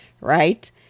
right